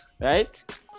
right